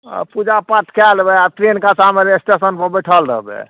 हँ पूजा पाठ कै लेबै आओर ट्रेनके आशामे एस्टेशनपर बैठल रहबै